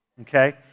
okay